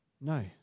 No